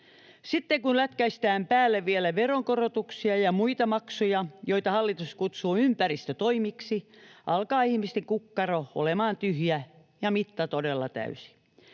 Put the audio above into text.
Sitten kun lätkäistään päälle vielä veronkorotuksia ja muita maksuja, joita hallitus kutsuu ympäristötoimiksi, alkaa ihmisten kukkaro olemaan tyhjä ja mitta todella täysi.